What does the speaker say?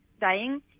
dying